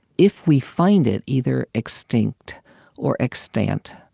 if we find it, either extinct or extant,